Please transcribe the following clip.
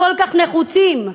הכל-כך נחוצים.